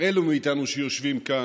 אלו מאיתנו שיושבים כאן,